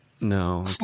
No